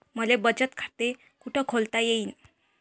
मले बचत खाते कुठ खोलता येईन?